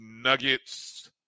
nuggets